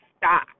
stop